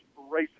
racist